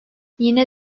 yine